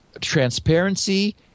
transparency